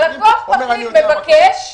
הלקוח מבקש.